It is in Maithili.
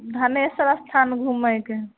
धनेसर अस्थान घुमैके